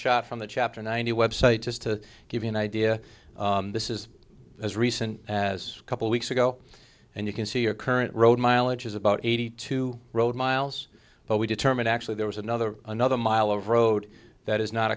screenshot from the chapter ninety website just to give you an idea this is as recent as a couple weeks ago and you can see your current road mileage is about eighty two road miles but we determine actually there was another another mile of road that is not